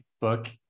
book